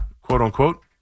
quote-unquote